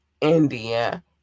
India